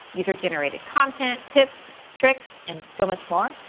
user-generated content, tips, tricks, and so much more,